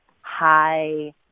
high